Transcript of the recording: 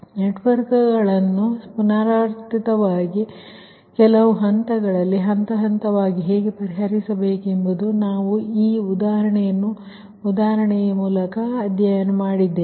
ನೆಟ್ವರ್ಕ್ಗಳನ್ನು ಪುನರಾವರ್ತಿತವಾಗಿ ಕೆಲವು ಹಂತಗಳಲ್ಲಿ ಹಂತ ಹಂತವಾಗಿ ಹೇಗೆ ಪರಿಹರಿಸಬೇಕೆಂದು ನಾವು ಆ ಉದಾಹರಣೆಯನ್ನು ಅಧ್ಯಯನ ಮಾಡಿದ್ದೇವೆ